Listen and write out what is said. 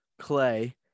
Clay